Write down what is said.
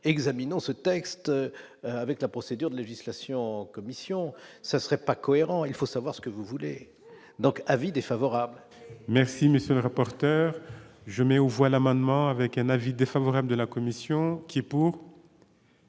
examinons ce texte avec la procédure de législation, ça serait pas cohérent, il faut savoir ce que vous voulez donc avis défavorable. Merci, monsieur le rapporteur, je mets au voilà maintenant avec un avis défavorable de la commission qui est pour.